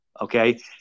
okay